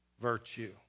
virtue